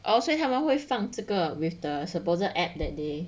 哦所以他们会放这个 with the supposed app that they